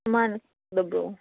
ꯃꯥꯟꯅꯗꯕ꯭ꯔꯣ